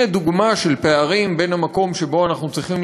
הנה דוגמה לפערים בין המקום שבו אנחנו צריכים